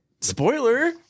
Spoiler